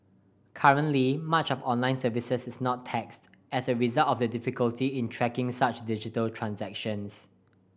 currently much of online services is not taxed as a result of the difficulty in tracking such digital transactions